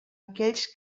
aquells